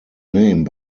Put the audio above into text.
name